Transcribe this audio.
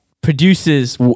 produces